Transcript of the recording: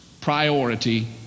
priority